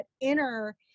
inner